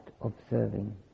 observing